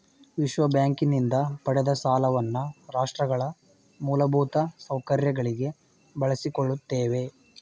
ವಿಶ್ವಬ್ಯಾಂಕಿನಿಂದ ಪಡೆದ ಸಾಲವನ್ನ ರಾಷ್ಟ್ರಗಳ ಮೂಲಭೂತ ಸೌಕರ್ಯಗಳಿಗೆ ಬಳಸಿಕೊಳ್ಳುತ್ತೇವೆ